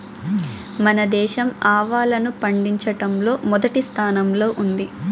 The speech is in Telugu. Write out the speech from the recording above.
మన దేశం ఆవాలను పండిచటంలో మొదటి స్థానం లో ఉంది